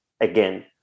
again